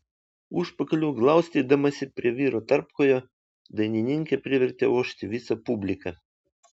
užpakaliu glaustydamasi prie vyro tarpkojo dainininkė privertė ošti visą publiką